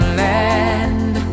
land